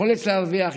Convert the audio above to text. יכולת להרוויח,